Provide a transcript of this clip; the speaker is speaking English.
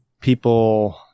People